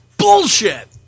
bullshit